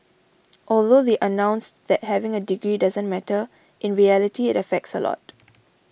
although they announced that having a degree doesn't matter in reality it affects a lot